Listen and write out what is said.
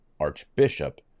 archbishop